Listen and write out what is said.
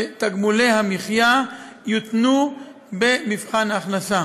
שתגמולי המחיה יותנו במבחן ההכנסה.